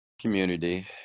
community